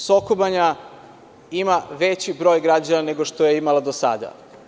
Soko Banja ima veći broj građana nego što je imala do sada.